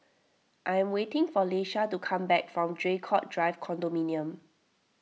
I am waiting for Leisha to come back from Draycott Drive Condominium